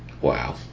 Wow